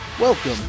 Welcome